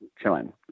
chilling